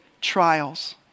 trials